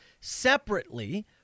separately